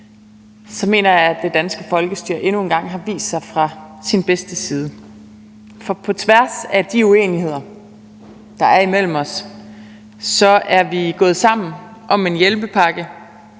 mener jeg at det danske folkestyre endnu en gang har vist sig fra sin bedste side. For på tværs af de uenigheder, der er imellem os, er vi gået sammen om en hjælpepakke,